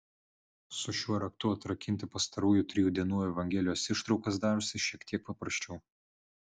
su šiuo raktu atrakinti pastarųjų trijų dienų evangelijos ištraukas darosi šiek tiek paprasčiau